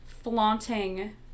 flaunting